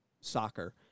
soccer